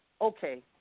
Okay